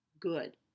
good